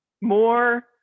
more